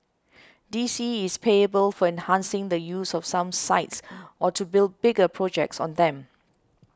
D C is payable for enhancing the use of some sites or to build bigger projects on them